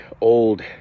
old